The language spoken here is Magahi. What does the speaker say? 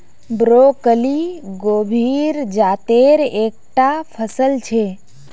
ब्रोकली गोभीर जातेर एक टा फसल छे